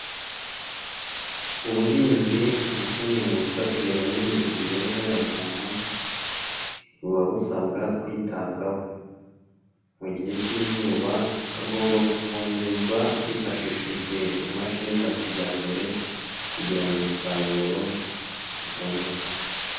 Ubuhinzi nka kimwe mu bifatiye runini imibereho ya muntu, buba busabwa kwitabwaho, mu gihe cy'izuba hagomba kuvomerezwa hifashishijwe imashini za kijyambere kugira ngo umusaruro uboneke